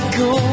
go